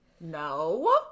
no